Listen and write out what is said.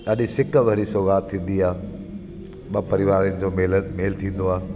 ॾाढी सिकु भरी सौगात थींदी आहे ॿ परिवारनि जो मेलनि मेल थींदो आहे